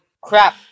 crap